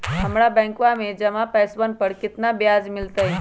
हम्मरा बैंकवा में जमा पैसवन पर कितना ब्याज मिलतय?